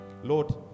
lord